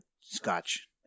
Scotch